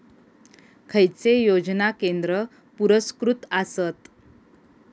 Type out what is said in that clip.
खैचे योजना केंद्र पुरस्कृत आसत?